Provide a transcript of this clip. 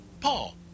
Paul